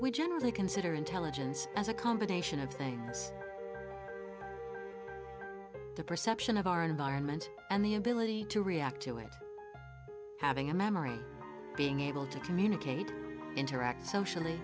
generally consider intelligence as a combination of things the perception of our environment and the ability to react to it having a memory being able to communicate interact socially